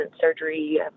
surgery